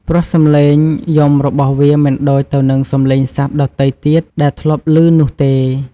ព្រោះសំឡេងយំរបស់វាមិនដូចទៅនឹងសំឡេងសត្វដទៃទៀតដែលធ្លាប់លឺនោះទេ។